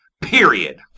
Period